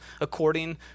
according